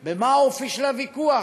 ב-מה האופי של הוויכוח,